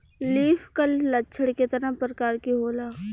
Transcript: Leaf curl लक्षण केतना परकार के होला?